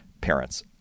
parents